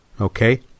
Okay